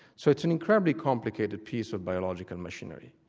so it's an incredibly complicated piece of biological machinery,